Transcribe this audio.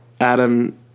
Adam